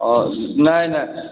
नहि नहि